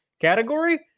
category